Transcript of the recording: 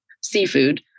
seafood